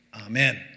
Amen